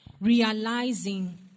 realizing